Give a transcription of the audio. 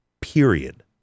period